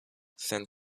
sen